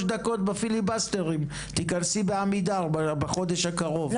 דקות בפיליבסטרים תיכנסי בעמידר בחודש הקרוב,